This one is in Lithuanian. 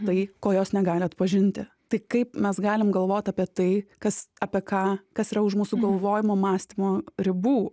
tai ko jos negali atpažinti tai kaip mes galim galvot apie tai kas apie ką kas yra už mūsų galvojimo mąstymo ribų